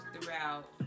throughout